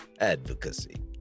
Advocacy